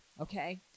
okay